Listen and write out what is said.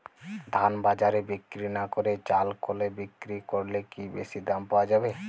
ধান বাজারে বিক্রি না করে চাল কলে বিক্রি করলে কি বেশী দাম পাওয়া যাবে?